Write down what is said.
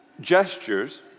gestures